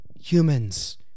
humans